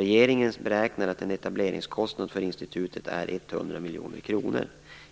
Regeringen beräknar att etableringskostnaden för institutet är 100 miljoner kronor.